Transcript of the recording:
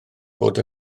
fod